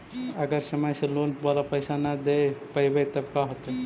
अगर समय से लोन बाला पैसा न दे पईबै तब का होतै?